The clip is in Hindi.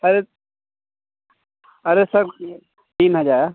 अरे अरे सर ये तीन हजार